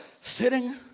Sitting